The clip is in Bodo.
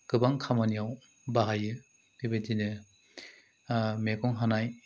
गोबां खामानियाव बाहायो बे बायदिनो मैगं हानाय